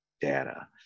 data